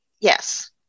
Yes